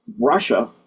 Russia